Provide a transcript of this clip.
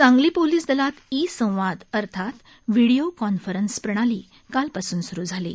Sangli police दलात e संवाद अर्थात व्हिडीओ कॉन्फरन्स प्रणाली कालपासून स्रु झाली आहे